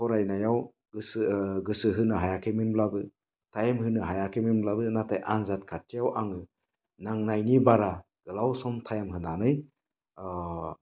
फरायनायाव गोसो गोसो होनो हायाखैमोनब्लाबो टाइम होनो हायाखैमोनब्लाबो नाथाय आनजाद खाथियाव आङो नांनायनि बारा गोलाव सम टाइम होनानै